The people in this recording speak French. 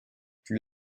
plus